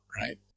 right